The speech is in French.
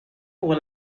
pour